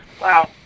Wow